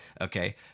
Okay